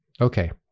Okay